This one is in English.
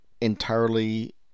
entirely